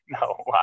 No